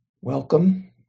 Welcome